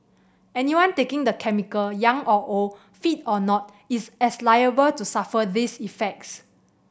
anyone taking the chemical young or old fit or not is as liable to suffer these effects